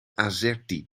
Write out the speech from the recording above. azerty